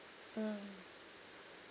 mm